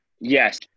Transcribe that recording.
yes